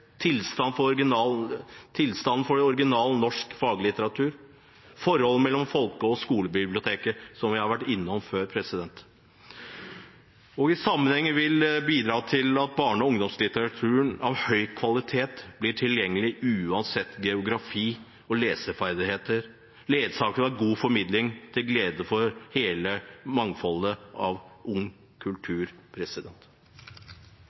for original norsk faglitteratur og forholdet mellom folke- og skolebiblioteker, som vi har vært innom før. Dette vil bidra til at barne- og ungdomslitteratur av høy kvalitet blir tilgjengelig uansett geografi og leseferdigheter, ledsaget av god formidling til glede for hele mangfoldet av